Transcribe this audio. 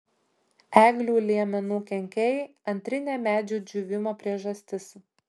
eglių liemenų kenkėjai antrinė medžių džiūvimo priežastis